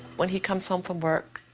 when he comes home from work,